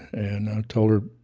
and i told her,